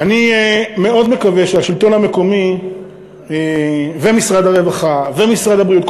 הוא שאני מאוד מקווה שהשלטון המקומי ומשרד הרווחה ומשרד הבריאות,